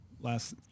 last